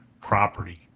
property